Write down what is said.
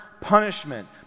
punishment